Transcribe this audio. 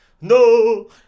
No